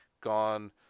gone